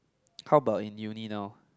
how about in uni now